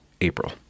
April